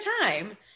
time